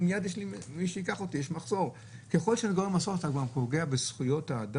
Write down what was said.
קבענו תנאים לגבי האוכלוסייה הכי הכי קשה,